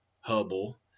Hubble